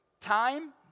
Time